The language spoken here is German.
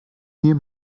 hier